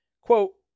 Quote